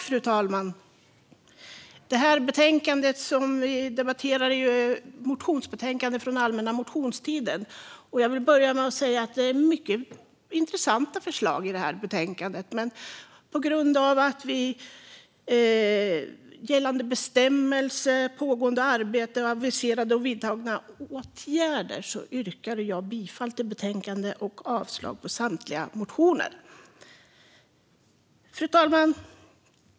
Fru talman! Det betänkande vi nu debatterar är ett motionsbetänkande från allmänna motionstiden. Det finns många intressanta förslag i betänkandet, men på grund av gällande bestämmelser, pågående arbete samt aviserade och vidtagna åtgärder yrkar jag bifall till utskottets förslag och avslag på samtliga motioner. Fru talman!